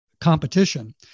competition